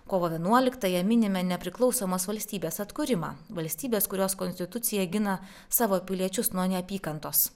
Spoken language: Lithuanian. kovo vienuoliktąją minime nepriklausomos valstybės atkūrimą valstybės kurios konstitucija gina savo piliečius nuo neapykantos